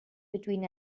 between